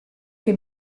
che